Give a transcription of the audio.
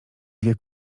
dwie